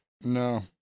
No